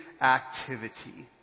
activity